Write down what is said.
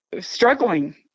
struggling